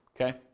Okay